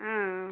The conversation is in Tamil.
ஆ